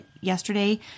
yesterday